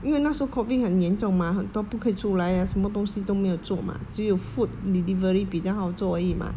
因为那时候 COVID 很严重 mah 很多不可以出来啊什么东西都没有坐嘛只有 food delivery 比较好做而已嘛